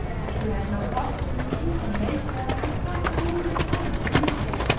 if you have no costumes we can make them, and pass away the time agreeably.